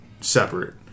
separate